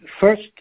first